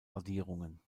radierungen